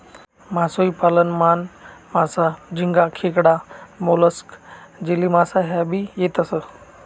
मासोई पालन मान, मासा, झिंगा, खेकडा, मोलस्क, जेलीमासा ह्या भी येतेस